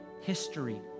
history